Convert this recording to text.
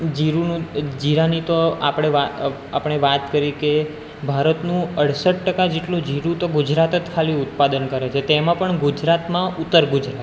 જીરુંનું તો જીરાનીતો આપણે વાત આપણે વાત કરીકે ભારતનું અડસઠ ટકા જેટલું જીરું તો ગુજરાત જ ખાલી ઉત્પાદન કરે છે તેમાં પણ ગુજરાતમાં ઉત્તર ગુજરાત